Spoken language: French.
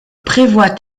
prévoit